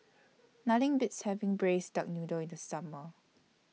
Nothing Beats having Braised Duck Noodle in The Summer